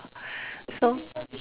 so